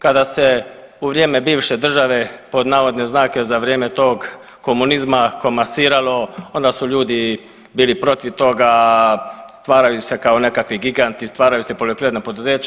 Kada se u vrijeme bivše države pod navodne znake za vrijeme tog komunizma komasiralo onda su ljudi bili protiv toga, stvaraju se kao nekakvi giganti, stvaraju se poljoprivredna poduzeća.